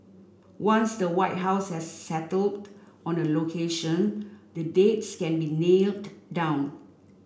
once the White House has settled on a location the dates can be nailed down